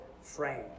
frame